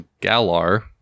Galar